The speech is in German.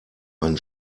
ein